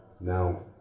now